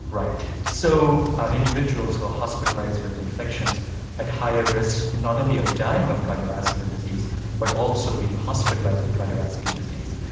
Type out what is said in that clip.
right. so are individuals who are hospitalised with infections at higher risk not only of dying of cardiovascular disease but also being hospitalised with cardiovascular disease?